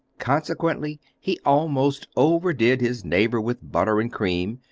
consequently he almost overdid his neighbour with butter and cream,